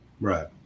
Right